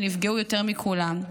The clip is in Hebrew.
שנפגעו יותר מכולם.